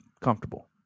comfortable